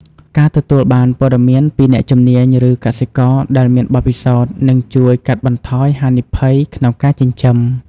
ការទទួលបានព័ត៌មានពីអ្នកជំនាញឬកសិករដែលមានបទពិសោធន៍ នឹងជួយកាត់បន្ថយហានិភ័យក្នុងការចិញ្ចឹម។